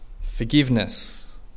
forgiveness